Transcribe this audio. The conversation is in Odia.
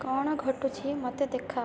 କ'ଣ ଘଟୁଛି ମୋତେ ଦେଖାଅ